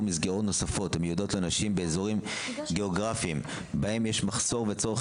מסגרות נוספות המיועדות לנשים באזורים גיאוגרפים בהם יש מחסור בצורך,